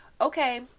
okay